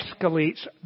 escalates